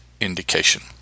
indication